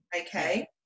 Okay